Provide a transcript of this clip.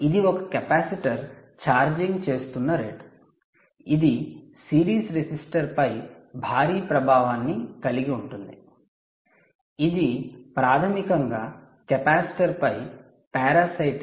ఇది ఒక capacitor charging చేస్తున్న రేటు ఇది సిరీస్ రెసిస్టర్పై భారీ ప్రభావాన్ని కలిగి ఉంటుంది ఇది ప్రాథమికంగా కెపాసిటర్పై పారాసైట్